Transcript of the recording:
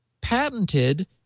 patented